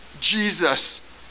Jesus